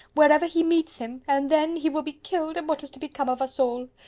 wherever he meets him and then he will be killed, and what is to become of us all?